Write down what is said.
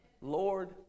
Lord